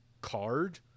card